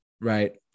Right